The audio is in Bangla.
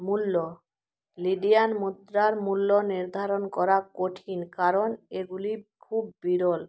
মূল্য লিবিয়ান মুদ্রার মূল্য নির্ধারণ করা কঠিন কারণ এগুলি খুব বিরল